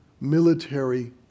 military